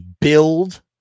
build